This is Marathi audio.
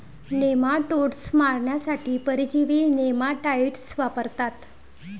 नेमाटोड्स मारण्यासाठी परजीवी नेमाटाइड्स वापरतात